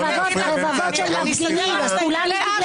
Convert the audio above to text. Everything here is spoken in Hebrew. רבבות של מפגינים, וכולם עם דגלי